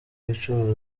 bicuruza